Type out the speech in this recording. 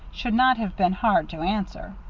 should not have been hard to answer.